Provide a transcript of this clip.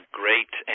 great